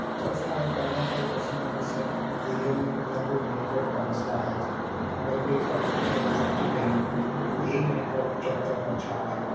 تو ایسا ہے کہیں نہ کہیں کو سے نہ کو سے ایریے میں کچھ نہ کچھ نیٹ ورک کا مسئلہ ہیں مگر کوئی پرفیکٹ نہیں بول سکتے کہ ہم یہی نیٹ ورک چاروں طرف اچھا آتا